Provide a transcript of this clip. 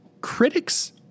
critics